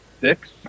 Six